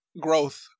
Growth